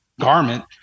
garment